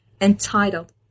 entitled